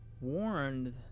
warned